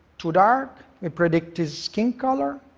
too dark. we predict his skin color.